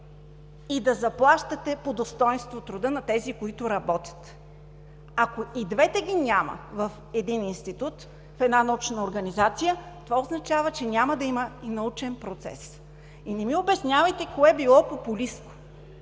и да заплащате по достойнство труда на тези, които работят. Ако и двете ги няма в един институт, в една научна организация, това означава, че няма да има и научен процес. И не ми обяснявайте кое било популистко!